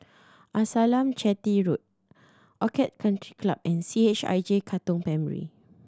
Amasalam Chetty Road Orchid Country Club and C H I J Katong Primary